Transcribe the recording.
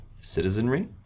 citizenry